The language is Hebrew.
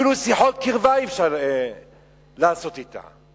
אפילו שיחות קרבה אי-אפשר לעשות אתה.